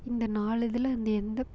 இந்த நாலுதில் அந்த எந்த